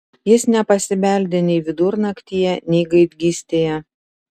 jis nepasibeldė nei vidurnaktyje nei gaidgystėje